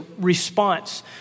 response